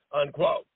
unquote